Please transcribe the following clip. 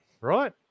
Right